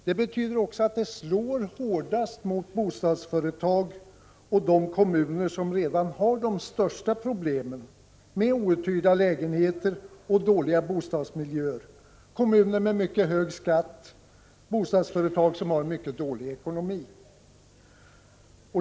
Det betyder också att förslaget slår hårdast mot de bostadsföretag och de kommuner som redan har de största problemen med outhyrda lägenheter och dåliga bostadsmiljöer, kommuner med mycket hög skatt och bostadsföretag med mycket dålig ekonomi.